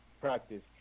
practice